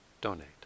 donate